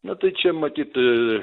bet čia matyt ir